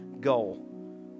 goal